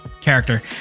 character